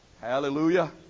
Hallelujah